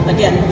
Again